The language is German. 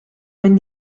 wenn